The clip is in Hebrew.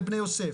לבני יוסף,